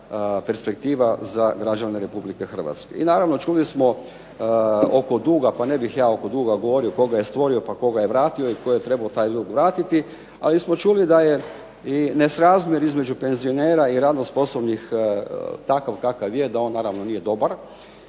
I naravno čuli smo oko duga, pa ne bih ja oko duga govorio tko ga je stvorio, pa tko ga je vratio i tko je trebao taj dug vratiti. Ali smo čuli da je i nesrazmjer između penzionera i radno sposobnih, takav kakav je, da on naravno nije dobar